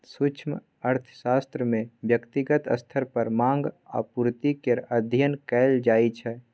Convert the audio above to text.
सूक्ष्म अर्थशास्त्र मे ब्यक्तिगत स्तर पर माँग आ पुर्ति केर अध्ययन कएल जाइ छै